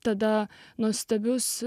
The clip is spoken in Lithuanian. tada nuostabius